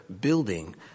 building